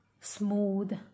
smooth